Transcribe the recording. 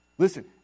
Listen